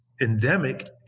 endemic